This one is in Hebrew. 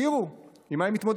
שיכירו עם מה הם מתמודדים.